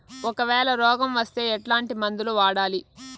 ఒకవేల రోగం వస్తే ఎట్లాంటి మందులు వాడాలి?